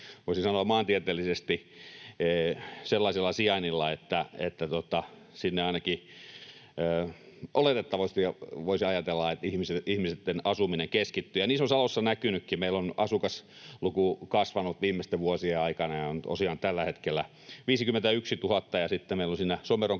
voisi sanoa, maantieteellisesti sellaisella sijainnilla, että ainakin oletettavasti voisi ajatella, että sinne ihmisten asuminen keskittyy, ja se on Salossa näkynytkin. Meillä on asukasluku kasvanut viimeisten vuosien aikana ja on tosiaan tällä hetkellä 51 000, ja sitten meillä on siinä vieressä